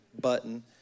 button